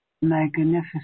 magnificent